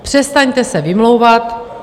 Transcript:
Přestaňte se vymlouvat.